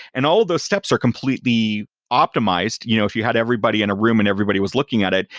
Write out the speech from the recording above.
and all those steps are completely optimized. you know if you had everybody in a room and everybody was looking at it,